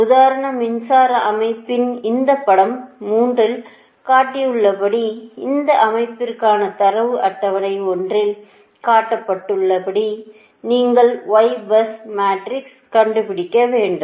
உதாரண மின்சார அமைப்பின் இந்த படம் 3 இல் காட்டியுள்ளபடி இந்த அமைப்பிற்கான தரவு அட்டவணை ஒன்றில் காட்டப்பட்டுள்ளது படி நீங்கள் Ybusமேட்ரிக்ஸை கண்டுபிடிக்க வேண்டும்